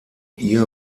ihr